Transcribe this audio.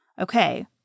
Okay